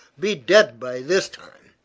be dead by this time.